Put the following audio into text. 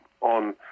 on